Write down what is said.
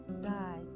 die